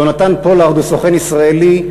יהונתן פולארד הוא סוכן ישראלי,